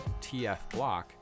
tfblock